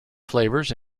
flavours